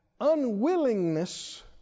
unwillingness